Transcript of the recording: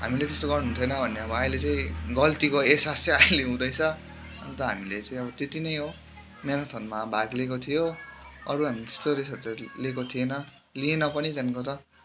हामीले त्यस्तो गर्नु हुने थिएन भन्ने अब अहिले चाहिँ गल्तीको एहसास चाहिँ अहिले हुँदैछ अन्त हामीले चाहिँ अब त्यति नै हो म्याराथनमा भाग लिएको थियो अरू हामीले त्यस्तो रेसहरू त लिएको थिएन लिएन पनि त्यहाँदेखिको त